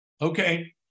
okay